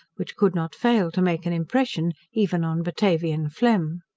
which could not fail to make an impression even on batavian phlegm.